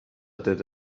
did